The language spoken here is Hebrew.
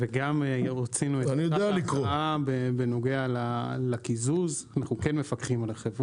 וגם רצינו -- -בנוגע לקיזוז בחוקי מפקחים על החברות.